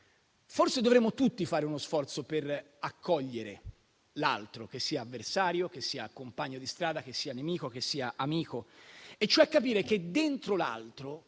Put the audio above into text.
forse dovremmo tutti fare uno sforzo per accogliere l'altro, che sia avversario, che sia compagno di strada, che sia nemico, che sia amico. Dovremmo cioè capire che dentro l'altro